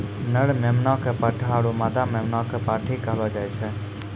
नर मेमना कॅ पाठा आरो मादा मेमना कॅ पांठी कहलो जाय छै